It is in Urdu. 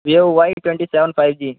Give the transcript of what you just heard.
view Y twenty seven five G